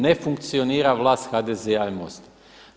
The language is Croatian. Ne funkcionira vlast HDZ-a i MOST-a.